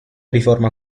riforma